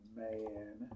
man